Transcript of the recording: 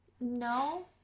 No